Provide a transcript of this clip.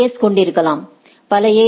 S கொண்டிருக்கலாம் பல எ